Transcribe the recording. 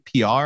PR